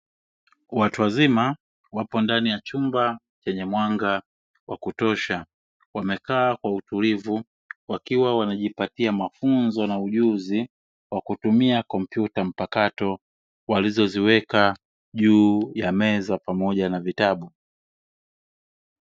Watu wazima wapo ndani ya chumba chenye mwanga wa kutosha, wamekaa kwa utulivu wakiwa wanajipatia mafunzo na ujuzi wakutumia kompyuta mpakato walizoziweka juu ya meza pamoja na vitabu.